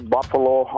Buffalo